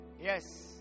yes